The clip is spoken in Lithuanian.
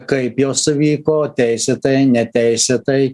kaip jos vyko teisėtai neteisėtai